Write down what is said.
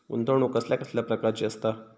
गुंतवणूक कसल्या कसल्या प्रकाराची असता?